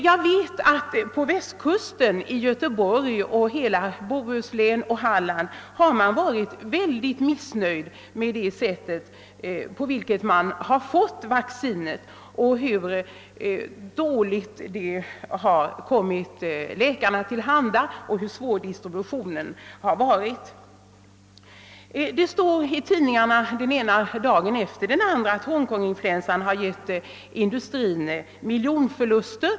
Jag vet att det på västkusen — i Göteborg och i hela Bohuslän och Halland — rått mycket missnöje med det sätt på vilket vaccinet kommit läkarna till handa och med den dåliga distributionen. Vi ser i tidningarna dagligen uppgifter om att Hongkonginfluensan förorsakat industrin miljonförluster.